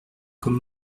comme